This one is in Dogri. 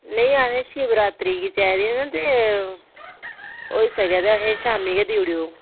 नेईं असें शिवरात्री गी चाहिदे ते होई सकै ते असेंगी शामीं गै देई ओड़ेओ